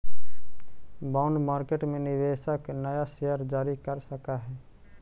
bond market में निवेशक नया शेयर जारी कर सकऽ हई